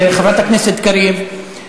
חברת הכנסת קריב,